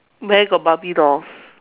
where got Barbie dolls